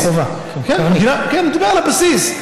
ביטוח חובה, כן, אני מדבר על הבסיס.